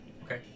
Okay